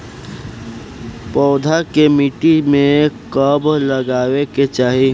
पौधा के मिट्टी में कब लगावे के चाहि?